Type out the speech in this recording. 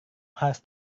harus